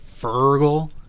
Fergal